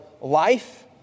life